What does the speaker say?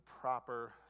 proper